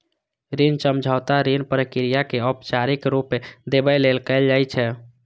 ऋण समझौता ऋण प्रक्रिया कें औपचारिक रूप देबय लेल कैल जाइ छै